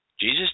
Jesus